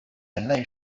人类